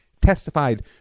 testified